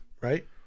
Right